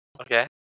Okay